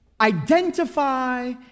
identify